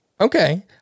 Okay